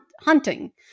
hunting